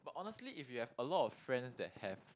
honestly if you have a lot of friends that have